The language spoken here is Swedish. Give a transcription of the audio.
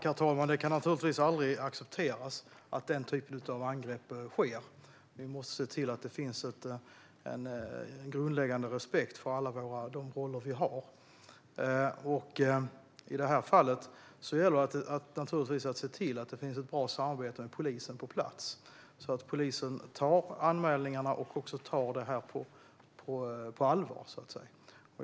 Herr talman! Det kan naturligtvis aldrig accepteras att den typen av angrepp sker. Vi måste se till att det finns en grundläggande respekt för de roller vi har. I det här fallet gäller det naturligtvis att se till att det finns ett bra samarbete med polisen på plats så att polisen tar anmälningarna och det här på allvar.